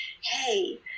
hey